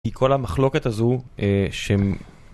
היא כל המחלוקת הזו, ש...